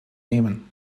nehmen